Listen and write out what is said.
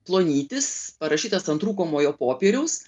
plonytis parašytas ant rūkomojo popieriaus